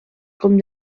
com